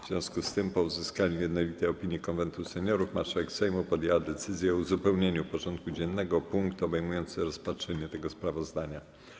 W związku z tym, po uzyskaniu jednolitej opinii Konwentu Seniorów, marszałek Sejmu podjęła decyzję o uzupełnieniu porządku dziennego o punkt obejmujący rozpatrzenie tego sprawozdania.